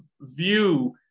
view